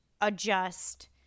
adjust